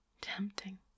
tempting